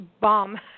bomb